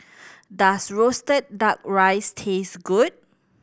does roasted Duck Rice taste good